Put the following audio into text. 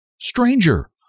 stranger